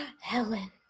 Helen